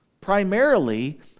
primarily